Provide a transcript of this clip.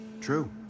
true